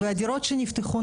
והדירות שנפתחו,